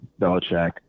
Belichick